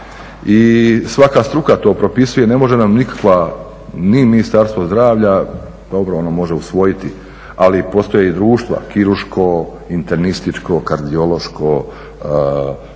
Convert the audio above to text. i svaka struka to propisuje. Ne može nam nikakva ni Ministarstvo zdravlja, dobro ono može usvojiti, ali postoje i društva kirurško, internističko, kardiološko, infektološko